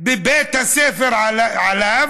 בבית הספר עליו,